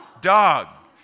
Dog